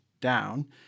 down